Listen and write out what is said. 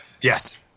Yes